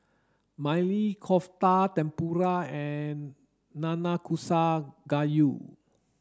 Maili Kofta Tempura and Nanakusa Gayu